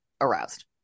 aroused